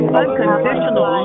unconditional